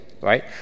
right